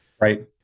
Right